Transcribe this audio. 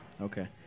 Okay